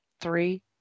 three